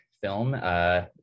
film